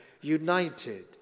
united